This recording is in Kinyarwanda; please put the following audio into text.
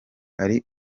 hari